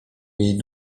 jej